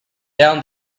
down